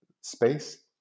space